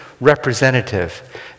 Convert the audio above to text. representative